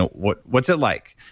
what's what's it like?